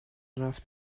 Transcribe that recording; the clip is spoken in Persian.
رفت